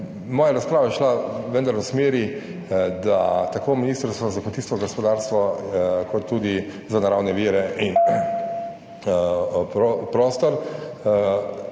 Moja razprava je šla vendar v smeri, da tako Ministrstvo za kmetijstvo, gospodarstvo kot tudi za naravne vire in prostor,